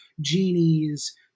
Genies